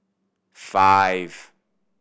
five